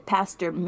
Pastor